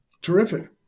Terrific